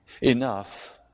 Enough